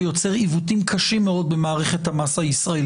ויוצר עיוותים קשים מאוד במערכת המס הישראלית.